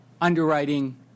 underwriting